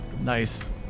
nice